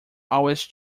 always